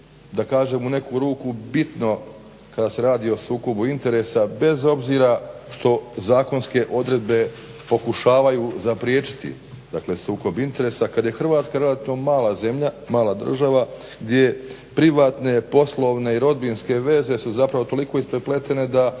da kažem u neku ruku bitno kada se radi o sukobu interesa bez obzira što zakonske odredbe pokušavaju zapriječiti. Dakle, sukob interesa kad je Hrvatska relativno mala zemlja, mala država gdje privatne, poslovne i rodbinske veze su zapravo toliko isprepletene i